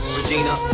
Regina